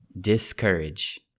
Discourage